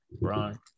Bron